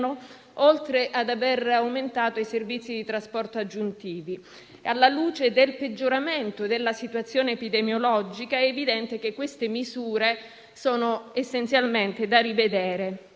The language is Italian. oltre ad aver aumentato i servizi di trasporto aggiuntivi e alla luce del peggioramento della situazione epidemiologica, è evidente che queste misure sono essenzialmente da rivedere